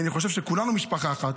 כי אני חושב שכולנו משפחה אחת.